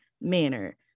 manner